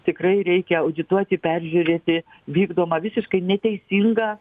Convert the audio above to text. tikrai reikia audituoti peržiūrėti vykdomą visiškai neteisingą